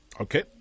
Okay